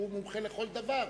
שהוא מומחה לכל דבר.